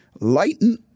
Lighten